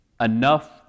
enough